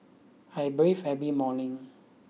I breathe every morning